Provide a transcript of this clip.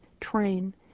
train